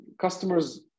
customers